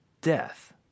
death